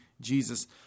Jesus